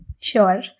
Sure